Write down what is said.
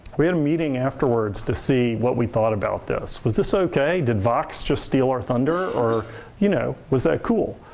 we had a meeting afterwards to see what we thought about this. was this okay? did vox just steal our thunder or you know was that cool?